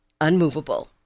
unmovable